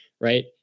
Right